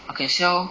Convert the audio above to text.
I can sell